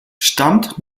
stammt